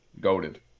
goaded